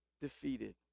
defeated